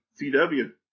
CW